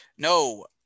No